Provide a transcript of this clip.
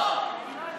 אני לא יודעת,